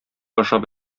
ашап